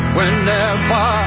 Whenever